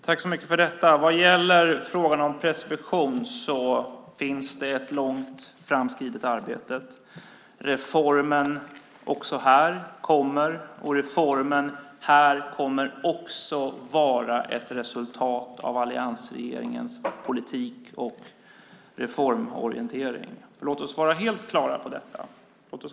Fru talman! Vad gäller frågan om preskription finns det ett långt framskridet arbete. Reformen kommer, och reformen kommer också att vara ett resultat av alliansregeringens politik och reformorientering. Låt oss vara helt klara över det.